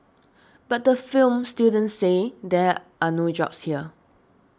but the film students say there are no jobs here